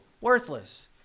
Worthless